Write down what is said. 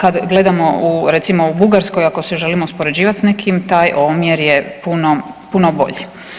Kad gledamo recimo u Bugarskoj, ako se želimo uspoređivat s nekim, taj omjer je puno bolji.